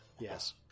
Yes